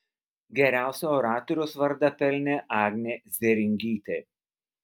geriausio oratoriaus vardą pelnė agnė zėringytė